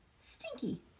Stinky